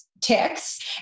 ticks